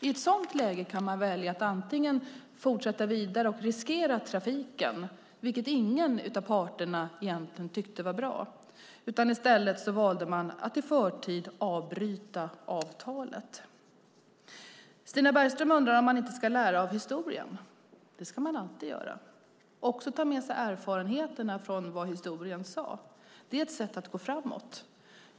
I ett sådant läge kan man välja att fortsätta vidare och riskera trafiken, vilket ingen av parterna egentligen tyckte var bra. I stället valde man att i förtid bryta avtalet. Stina Bergström undrar om man inte ska lära av historien. Det ska man alltid göra. Man ska också ta med sig erfarenheterna från historien. Det är ett sätt att gå framåt.